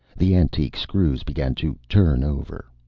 the antique screws began to turn over.